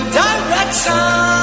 direction